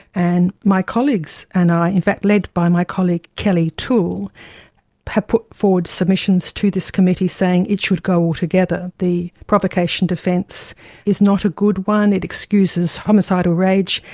and my colleagues and i, in fact led by my colleague kellie toole, have put forward submissions to this committee saying it should go all together. the provocation defence is not a good one, it excuses homicidal rage.